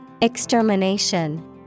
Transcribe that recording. Extermination